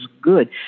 good